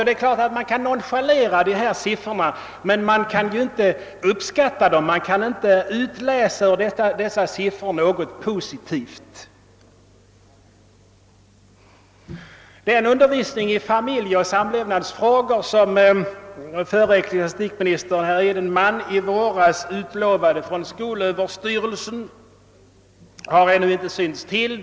Man kan naturligtvis nonchalera de här siffrorna, men man kan inte utläsa något positivt ur dem. Den undervisning i samlevnadsoch familjefrågor som förre ecklesiastikministern, herr Edenman, utlovade i våras från skolöverstyrelsen har ännu inte synts till.